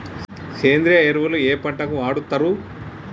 సేంద్రీయ ఎరువులు ఏ పంట కి వాడుతరు?